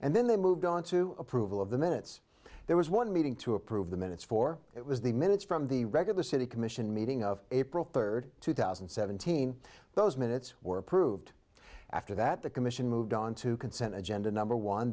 and then they moved on to approval of the minutes there was one meeting to approve the minutes for it was the minutes from the regular city commission meeting of april third two thousand and seventeen those minutes were approved after that the commission moved onto consent agenda number one